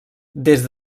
des